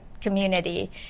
community